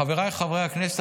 חבריי חברי הכנסת,